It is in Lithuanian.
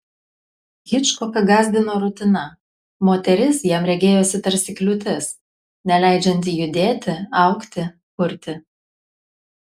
hičkoką gąsdino rutina moteris jam regėjosi tarsi kliūtis neleidžianti judėti augti kurti